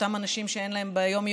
אותם אנשים שאין להם ביום-יום